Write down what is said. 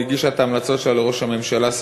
היא הגישה את ההמלצות שלה לראש הממשלה,